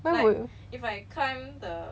why would